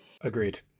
Agreed